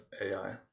AI